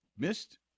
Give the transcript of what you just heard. Missed